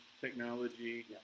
technology